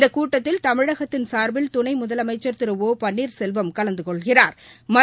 இந்தகூட்டத்தில் தமிழகத்தின் சாா்பில் துணைமுதலமைச்சா் திரு ஓ பன்னீாசெல்வம் கலந்துகொள்கிறாா்